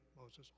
Moses